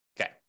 Okay